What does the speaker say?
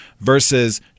versus